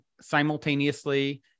simultaneously